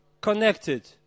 connected